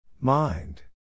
Mind